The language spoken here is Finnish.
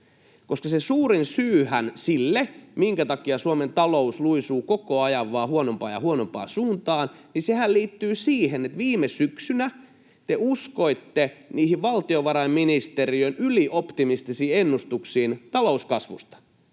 suurin syyhän sille, minkä takia Suomen talous luisuu koko ajan vaan huonompaan ja huonompaan suuntaan, liittyy siihen, että viime syksynä te uskoitte niihin valtiovarainministeriön ylioptimistisiin ennustuksiin talouskasvusta.